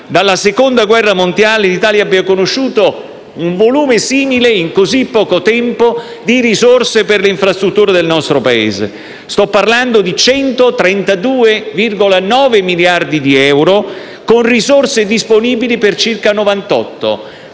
dalla Seconda guerra mondiale l'Italia abbia conosciuto un volume simile in così poco tempo di risorse per le infrastrutture del nostro Paese: sto parlando di 132,9 miliardi di euro con risorse disponibili per circa 98.